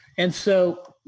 and so,